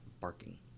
barking